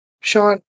Sean